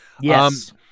Yes